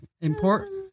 important